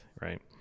right